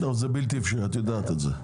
זה בלתי אפשרי, את יודעת את זה.